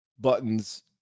buttons